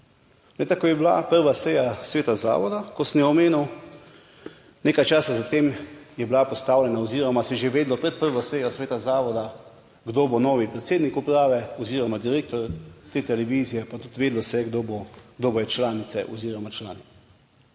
ko je bila prva seja sveta zavoda, ko sem jo omenil, nekaj časa za tem je bila postavljena oziroma se je že vedelo pred prvo sejo sveta zavoda, kdo bo novi predsednik uprave oziroma direktor te televizije pa tudi vedelo se je kdo bo, kdo bodo članice oziroma člani.